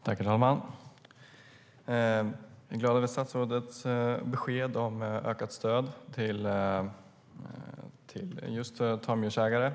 Herr talman! Jag är glad över statsrådets besked om ökat stöd till just tamdjursägare.